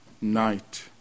Night